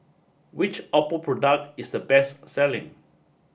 which Oppo product is the best selling